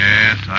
Yes